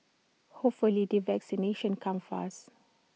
hopefully the vaccinations come fast